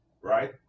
Right